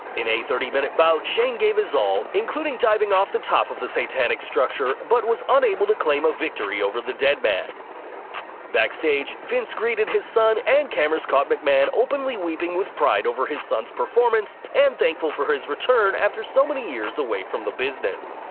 a thirty minute bout, shane gave his all, including diving off the top of the satanic structure, but was unable to claim a victory over the deadman. backstage, vince greeted his son, and cameras caught mcmahon openly weeping with pride over his son's performance and thankful for his return after so many years away from the business